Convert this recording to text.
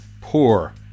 poor